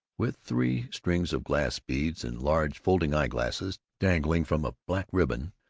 with three strings of glass beads, and large folding eye-glasses dangling from a black ribbon,